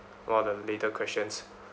one of the later questions